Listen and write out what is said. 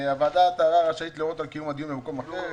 "ועדת הערר רשאית להורות על קיום הדיון במקום אחר,